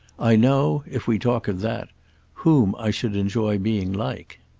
i know if we talk of that whom i should enjoy being like!